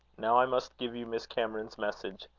now i must give you miss cameron's message.